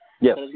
Yes